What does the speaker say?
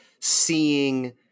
seeing